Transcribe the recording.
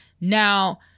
now